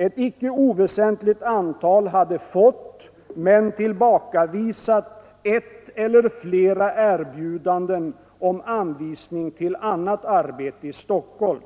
Ett icke oväsentligt antal hade fått — men tillbakavisat — ett eller flera erbjudanden om anvisning till annat arbete i Stockholm.